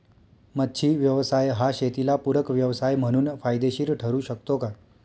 मच्छी व्यवसाय हा शेताला पूरक व्यवसाय म्हणून फायदेशीर ठरु शकतो का?